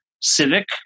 civic